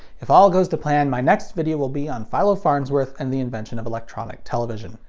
if all goes to plan, my next video will be on philo farnsworth and the invention of electronic television.